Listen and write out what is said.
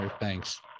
thanks